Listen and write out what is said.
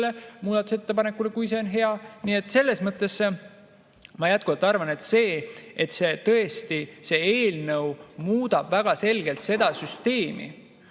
muudatusettepanekule, kui see on hea. Nii et selles mõttes ma jätkuvalt arvan, et tõesti see eelnõu muudab väga selgelt seda süsteemi,